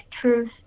truth